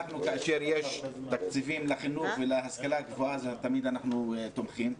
כאשר יש תקציבים לחינוך ולהשכלה גבוהה אז אנחנו תמיד תומכים,